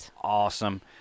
awesome